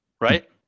right